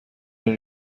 این